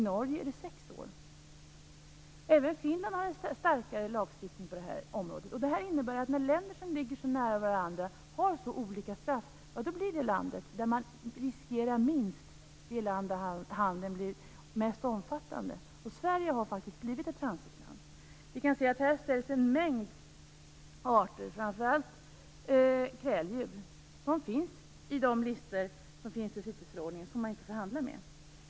I Norge är det sex år. Även Finland har en starkare lagstiftning på det här området. När länder som ligger så nära varandra har så olika straff blir handeln mest omfattande i det land där man riskerar minst. Och Sverige har faktiskt blivit ett transitland.